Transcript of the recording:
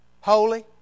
Holy